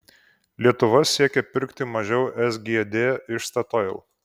lietuva siekia pirkti mažiau sgd iš statoil